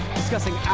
discussing